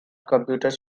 computers